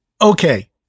Okay